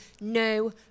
no